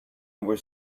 were